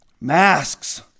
Masks